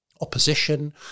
opposition